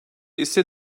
ise